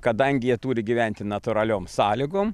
kadangi jie turi gyventi natūraliom sąlygom